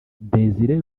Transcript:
desire